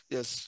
Yes